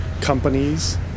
companies